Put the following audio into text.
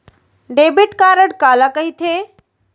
Debit card काला कहिथे?